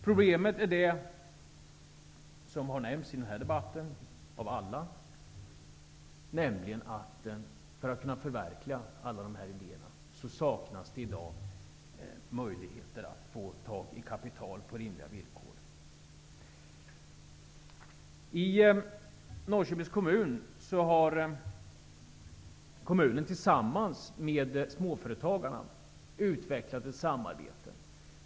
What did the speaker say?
Problemet är -- som alla har nämnt i den här debatten -- att det saknas möjligheter att skaffa fram kapital under rimliga villkor för att man skall kunna förverkliga sina idéer. I Norrköpings kommun har man tillsammans med småföretagarna utvecklat ett samarbete.